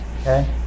Okay